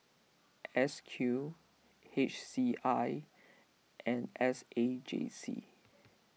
S Q H C I and S A J C